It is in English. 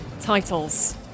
titles